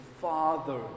Father